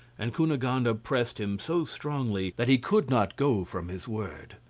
and cunegonde ah pressed him so strongly that he could not go from his word.